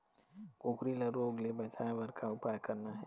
कुकरी ला रोग ले बचाए बर का उपाय करना ये?